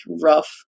rough